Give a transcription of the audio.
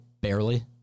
barely